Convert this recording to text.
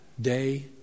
day